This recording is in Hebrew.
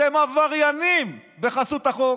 אתם עבריינים בחסות החוק.